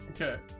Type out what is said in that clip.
okay